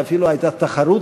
ואפילו הייתה תחרות,